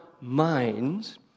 minds